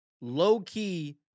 low-key